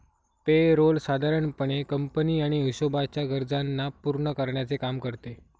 पे role साधारण पणे company आणि हिशोबाच्या गरजांना पूर्ण करण्याचे काम करते